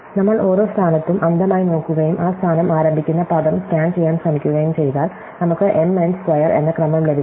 നമ്മൾ ഓരോ സ്ഥാനത്തും അന്ധമായി നോക്കുകയും ആ സ്ഥാനം ആരംഭിക്കുന്ന പദം സ്കാൻ ചെയ്യാൻ ശ്രമിക്കുകയും ചെയ്താൽ നമുക്ക് m n സ്ക്വയർ എന്ന ക്രമം ലഭിക്കുന്നു